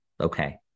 okay